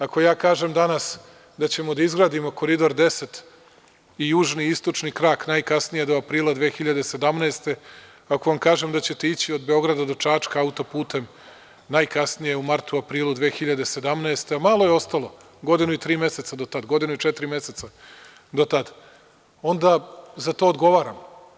Ako ja kažem danas da ćemo da izgradimo Koridor 10 i južni i istočni krak najkasnije do aprila 2017, ako vam kažem da ćete ići od Beograda do Čačka auto-putem, najkasnije u martu, aprilu 2017. godine,a malo je ostalo, godinu i tri meseca do tad, godinu i četiri meseca do tad, onda za to odgovaram.